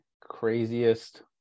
craziest